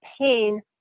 pain